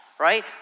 Right